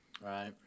right